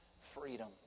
freedom